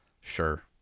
Sure